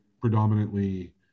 predominantly